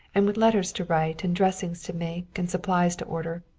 and with letters to write and dressings to make and supplies to order.